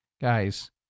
guys